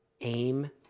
Aim